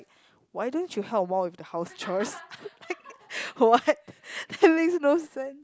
why don't you help more with the house chores what that makes no sense